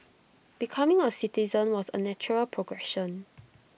becoming A citizen was A natural progression